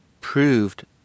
proved